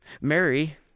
Mary